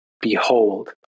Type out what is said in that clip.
Behold